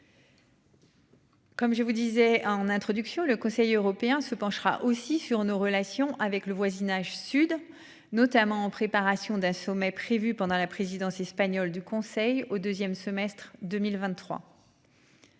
Comme je vous disais en introduction, le Conseil européen se penchera aussi sur nos relations avec le voisinage sud, notamment en préparation d'un sommet prévu pendant la présidence espagnole du Conseil au 2ème semestre 2023.--